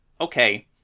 okay